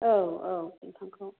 औ औ बिफांखौ